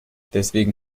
deswegen